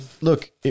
look